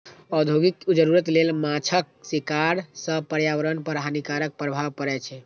औद्योगिक जरूरत लेल माछक शिकार सं पर्यावरण पर हानिकारक प्रभाव पड़ै छै